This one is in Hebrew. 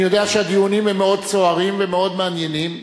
אני יודע שהדיונים הם מאוד סוערים ומאוד מעניינים.